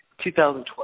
2012